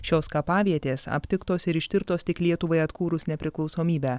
šios kapavietės aptiktos ir ištirtos tik lietuvai atkūrus nepriklausomybę